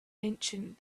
ancient